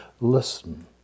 listen